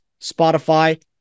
Spotify